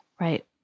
Right